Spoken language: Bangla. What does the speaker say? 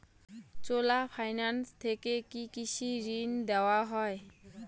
চোলা ফাইন্যান্স থেকে কি কৃষি ঋণ দেওয়া হয়?